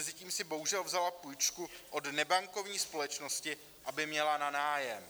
Mezitím si bohužel vzala půjčku od nebankovní společnosti, aby měla na nájem.